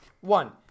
One